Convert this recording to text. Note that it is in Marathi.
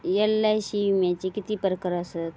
एल.आय.सी विम्याचे किती प्रकार आसत?